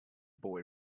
boy